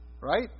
right